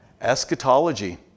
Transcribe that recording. Eschatology